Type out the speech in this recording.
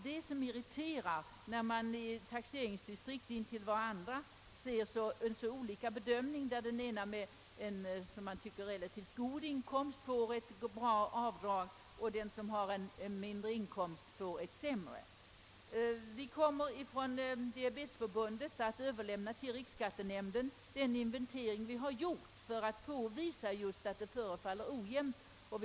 Det som irriterar är väl just detta att man i taxeringsdistrikt intill varandra finner hur en som man tycker har rätt god inkomst får ett bra avdrag, medan en annan med mindre inkomst får ett sämre avdrag. Vi inom Diabetesförbundet kommer att till riksskattenämnden överlämna den inventering vi gjort för att visa att bedömningen förefaller ha blivit ojämn.